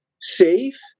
safe